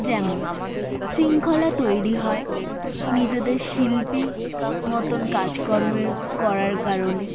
যেমন শৃঙ্খলা তৈরি হয় নিজেদের শিল্পী মতন কাজকর্মের করার কারণে